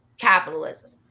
capitalism